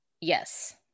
Yes